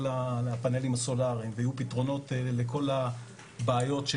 לפאנלים הסולאריים ויהיו פתרונות לכל הבעיות,